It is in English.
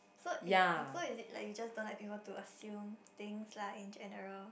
so is so is it like you just don't like people to assume things lah in general